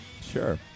Sure